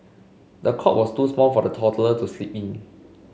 the cot was too small for the toddler to sleep in